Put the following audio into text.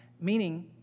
Meaning